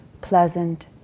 pleasant